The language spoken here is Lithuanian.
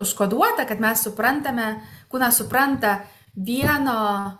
užkoduota kad mes suprantame kūnas supranta vieno